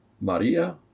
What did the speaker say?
maria